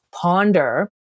ponder